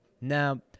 Now